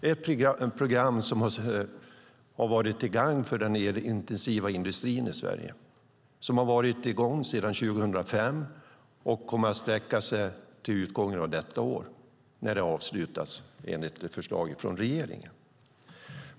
Det är ett program som varit till gagn för den elintensiva industrin i Sverige. Det har varit i gång sedan 2005 och kommer att pågå till utgången av detta år, då det avslutas enligt förslag från regeringen.